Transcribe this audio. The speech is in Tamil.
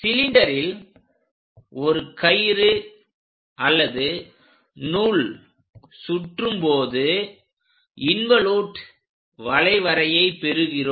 சிலிண்டரில் ஒரு கயிறு அல்லது நூல் சுற்றும் போது இன்வோலூட் வளைவரையை பெறுகிறோம்